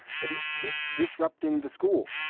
but he keeps disrupting the school.